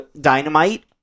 Dynamite